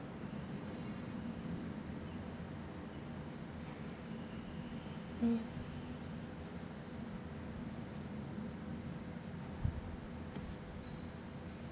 mm